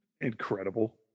incredible